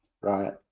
right